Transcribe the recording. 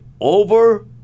Over